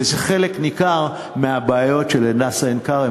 וזה חלק ניכר מהבעיות של "הדסה עין-כרם",